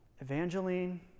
Evangeline